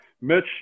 Mitch